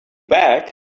back